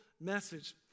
message